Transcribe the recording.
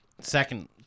Second